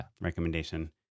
recommendation